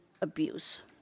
abuse